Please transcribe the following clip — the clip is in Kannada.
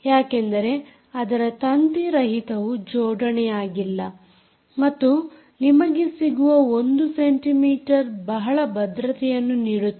ಯಾಕೆಂದರೆ ಅದರ ತಂತಿರಹಿತವು ಜೋಡನೆಯಾಗಿಲ್ಲ ಮತ್ತು ನಿಮಗೆ ಸಿಗುವ 1 ಸೆಂಟಿ ಮೀಟರ್ ಬಹಳ ಭದ್ರತೆಯನ್ನು ನೀಡುತ್ತದೆ